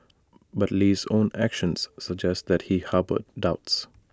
but Lee's own actions suggest that he harboured doubts